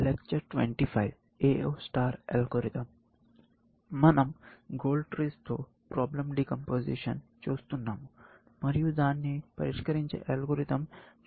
మన০ goal trees తో problem decomposition చూస్తున్నాము మరియు దాన్ని పరిష్కరించే అల్గోరిథం చూడాలనుకుంటున్నాము